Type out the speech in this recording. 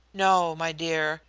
no, my dear.